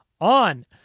on